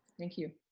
thank you.